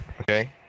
Okay